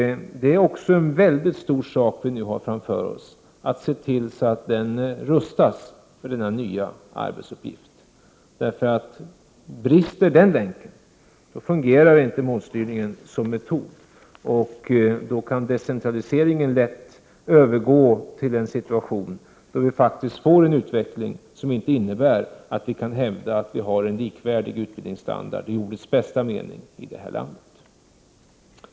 En mycket stor uppgift som vi har framför oss är att se till att den då rustas för denna nya arbetsuppgift. Brister den länken fungerar inte målstyrningen som metod. Decentraliseringen kan då lätt övergå i en utveckling som innebär att vi inte kan hävda att vi har en likvärdig utbildningsstandard i den här landet i ordets bästa mening.